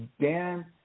Dan